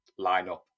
lineup